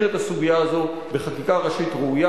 את הסוגיה הזאת בחקיקה ראשית ראויה,